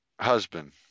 husband